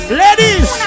ladies